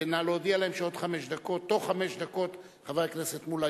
ונא להודיע להם שבתוך חמש דקות חבר הכנסת מולה